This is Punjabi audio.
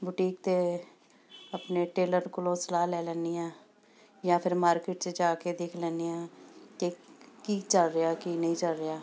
ਬੁਟੀਕ 'ਤੇ ਆਪਣੇ ਟੇਲਰ ਕੋਲੋਂ ਸਲਾਹ ਲੈ ਲੈਂਦੀ ਹਾਂ ਜਾਂ ਫਿਰ ਮਾਰਕੀਟ 'ਚ ਜਾ ਕੇ ਦੇਖ ਲੈਂਦੀ ਹਾਂ ਕਿ ਕੀ ਚੱਲ ਰਿਹਾ ਕੀ ਨਹੀਂ ਚੱਲ ਰਿਹਾ